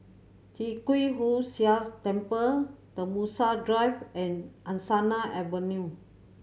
Tee Kwee Hood Sia Temple Tembusu Drive and Angsana Avenue